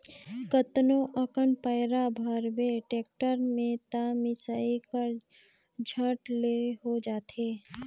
कतनो अकन पैरा भरबे टेक्टर में त मिसई हर झट ले हो जाथे